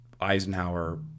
Eisenhower